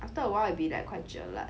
after awhile it'll be like quite jelak